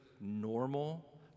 normal